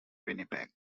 winnipeg